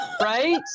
right